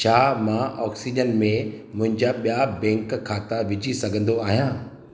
छा मां ऑक्सीजन में मुंहिंजा ॿिया बैंक खाता विझी सघंदो आहियां